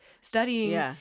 studying